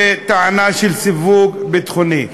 בטענה של סיווג ביטחוני,